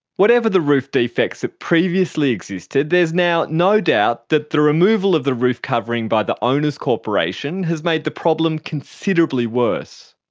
whatever the roof defects that previously existed, there is now no doubt that the removal of the roof covering by the owners' corporation has made the problem considerably worse.